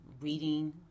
reading